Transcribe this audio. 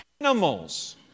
animals